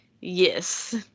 Yes